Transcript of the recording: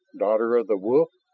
daughter of the wolf,